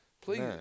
please